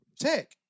tech